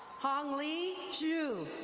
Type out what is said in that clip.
hong lee ju.